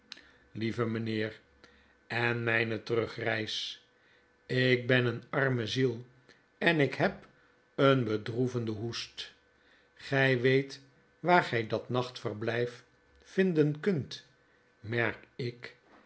lieve mynheer en myne terugreis ik ben een arme ziel en ik heb een bedroevenden hoest gy weet waar gy dat nachtverblyf vinden kunt merk ik